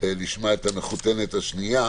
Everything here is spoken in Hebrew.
נשמע את המחותנת השנייה